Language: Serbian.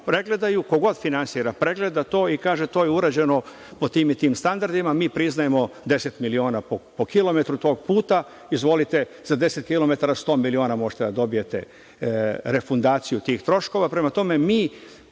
pregledaju, ko god finansira pregleda to i kaže – to je urađeno po tim i tim standardima, mi priznajemo deset miliona po kilometru tog puta, izvolite, za deset kilometara sto miliona možete da dobijete refundaciju tih troškova. Prema tome, mi